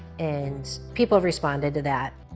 and people responded to that.